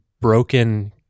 broken